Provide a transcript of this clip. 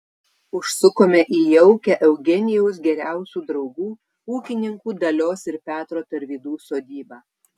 užsukome į jaukią eugenijaus geriausių draugų ūkininkų dalios ir petro tarvydų sodybą